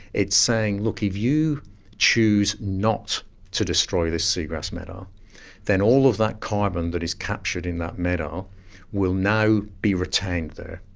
it's saying, look, if you choose not to destroy this seagrass meadow then all of that carbon that is captured in that meadow will now be retained there,